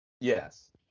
yes